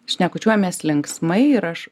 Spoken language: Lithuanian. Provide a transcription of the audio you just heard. šnekučiuojamės linksmai ir aš